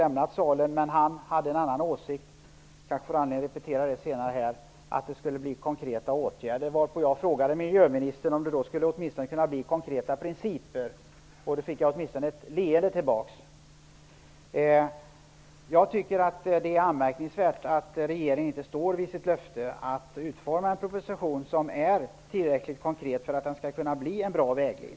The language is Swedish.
Lennart Daléus hade en annan åsikt som jag kanske får anledning att återkomma till. Han ville att propositionen skulle innehålla förslag om konkreta åtgärder. Jag frågade då miljöministern om det åtminstone kunde tänkas bli konkreta principer, varpå jag fick ett leende tillbaka. Jag tycker att det är anmärkningsvärt att regeringen inte står fast vid sitt löfte att utforma en proposition som är tillräckligt konkret för att den skall kunna bli en bra vägledning.